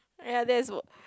ya that's for